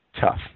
Tough